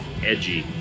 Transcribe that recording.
edgy